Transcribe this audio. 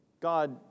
God